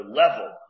level